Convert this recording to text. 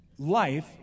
life